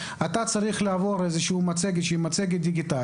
ואפשר להגיד לו שהוא צריך לעבור על איזו שהיא מצגת דיגיטלית,